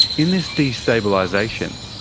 in this destabilisation,